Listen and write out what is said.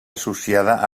associada